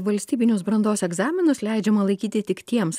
valstybinius brandos egzaminus leidžiama laikyti tik tiems